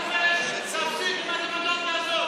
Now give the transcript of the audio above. תפסיק עם הדמגוגיה הזאת.